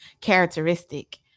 characteristic